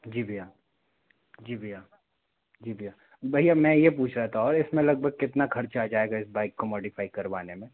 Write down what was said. जी भइया जी भइया जी भइया भइया मैं ये पूछ रहा था इसमें लगभग कितना खर्चा आ जाएगा बाइक को मॉडिफाई करवाने में